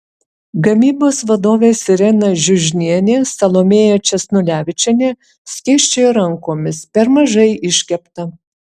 gamybos vadovės irena žiužnienė salomėja česnulevičienė skėsčiojo rankomis per mažai iškepta